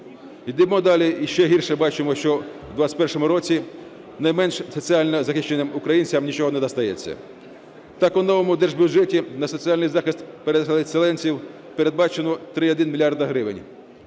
Йдемо далі і ще гірше бачимо, що у 21-му році найменш соціально захищеним українцям нічого не дістається. Так у новому держбюджеті на соціальних захист переселенців передбачено 3,1 мільярда